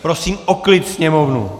Prosím o klid sněmovnu.